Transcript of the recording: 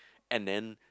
and then